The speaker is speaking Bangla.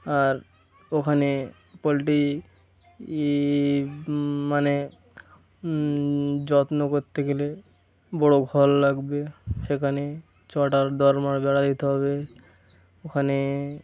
আর ওখানে পোলট্রি ই মানে যত্ন করতে গেলে বড় ঘর লাগবে সেখানে চটার দরমার বেড়া দিতে হবে ওখানে